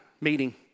meeting